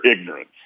ignorance